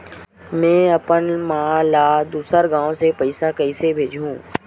में अपन मा ला दुसर गांव से पईसा कइसे भेजहु?